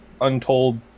untold